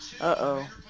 Uh-oh